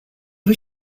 was